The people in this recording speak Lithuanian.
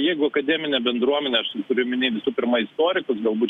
jeigu akademinė bendruomenė turiu omeny visų pirma istorikus galbūt